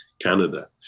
Canada